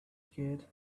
scared